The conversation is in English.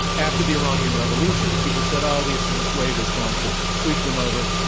after the iranian revolution, people said, oh, the islamist wave is going to sweep them over.